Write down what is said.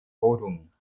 rodung